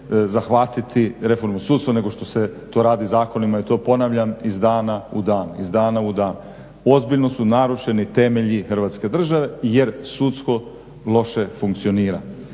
zahvatiti reformu sudstva nego što se to radi zakonima i to ponavljam iz dana u dan, iz dana u dan. Ozbiljno su narušeni temelji Hrvatske države jer sudstvo loše funkcionira.